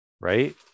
Right